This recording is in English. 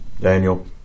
daniel